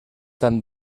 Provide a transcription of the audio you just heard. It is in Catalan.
tan